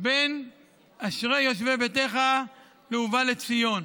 בין "אשרי יושבי ביתך" ל"ובא לציון",